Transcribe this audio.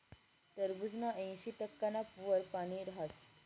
टरबूजमा ऐंशी टक्काना वर पानी हास